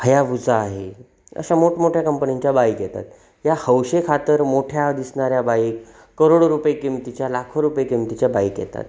हयाभुझा आहे अशा मोठमोठ्या कंपनींच्या बाईक येतात या हौसेखातर मोठ्या दिसणाऱ्या बाईक करोडो रुपये किमतीच्या लाखो रुपये किमतीच्या बाईक येतात